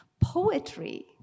poetry